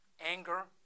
anger